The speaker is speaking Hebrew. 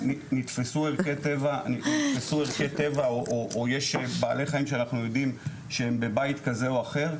נתפסו ערכי טבע או יש בעלי חיים שאנחנו יודעים שהם בבית כזה או אחר,